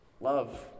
Love